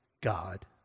God